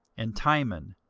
and timon,